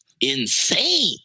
insane